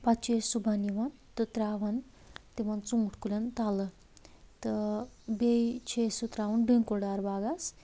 پتہٕ چھِ أسۍ صُبحَن یِوان تراوَان تِمَن ژوٗنٹھۍ کُلٮ۪ن تَلہٕ تہٕ بیٚیہِ چھِ أسۍ سُہ تراوَان ڈوٗنۍ کُلۍ دار باغس